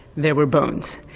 there were bones.